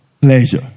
Pleasure